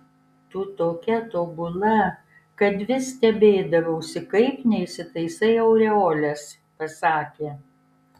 tu tokia tobula kad vis stebėdavausi kaip neįsitaisai aureolės pasakė